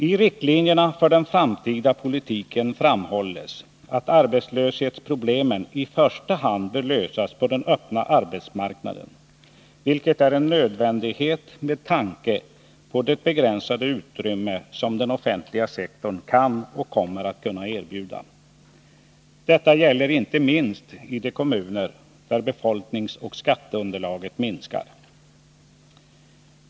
I riktlinjerna för den framtida politiken framhålls att arbetslöshetsproblemen i första hand bör lösas på den öppna arbetsmarknaden, vilket är en nödvändighet med tanke på det begränsade utrymme som den offentliga sektorn kan och kommer att kunna erbjuda. Detta gäller inte minst i de kommuner där befolkningsoch skatteunderlaget minskar.